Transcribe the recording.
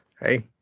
Hey